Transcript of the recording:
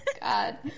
God